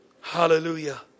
Hallelujah